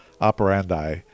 Operandi